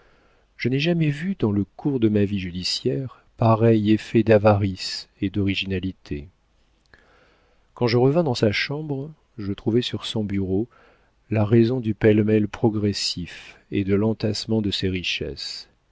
je n'ai jamais vu dans le cours de ma vie judiciaire pareils effets d'avarice et d'originalité quand je revins dans sa chambre je trouvai sur son bureau la raison du pêle-mêle progressif et de l'entassement de ces richesses